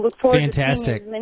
Fantastic